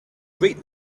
rate